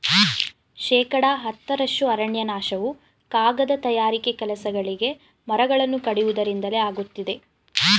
ಶೇಕಡ ಹತ್ತರಷ್ಟು ಅರಣ್ಯನಾಶವು ಕಾಗದ ತಯಾರಿಕೆ ಕೆಲಸಗಳಿಗೆ ಮರಗಳನ್ನು ಕಡಿಯುವುದರಿಂದಲೇ ಆಗುತ್ತಿದೆ